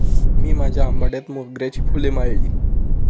मी माझ्या आंबाड्यात मोगऱ्याची फुले माळली